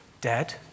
dead